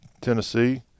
tennessee